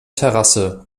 terrasse